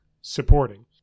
supporting